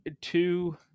two